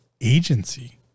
agency